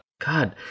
God